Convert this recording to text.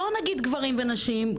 בואו נגיד גברים ונשים,